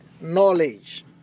knowledge